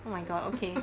oh my god okay